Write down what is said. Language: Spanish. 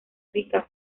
rica